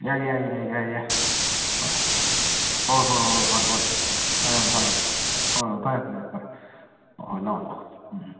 ꯌꯥꯏ ꯌꯥꯏ ꯌꯥꯏ ꯌꯥꯏ ꯌꯥꯏ ꯍꯣꯏ ꯍꯣꯏ ꯍꯣꯏ ꯍꯣꯏ ꯍꯣꯏ ꯐꯔꯦ ꯐꯔꯦ ꯍꯣ ꯍꯣꯏ ꯐꯔꯦ ꯐꯔꯦ ꯐꯔꯦ ꯑꯣ ꯂꯥꯛꯑꯣ ꯂꯥꯛꯑꯣ ꯎꯝ